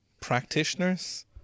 practitioners